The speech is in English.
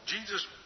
Jesus